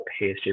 PSG